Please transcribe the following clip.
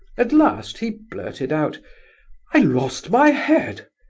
at last he blurted out i lost my head!